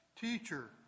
Teacher